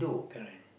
correct